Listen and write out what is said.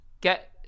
get